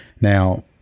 Now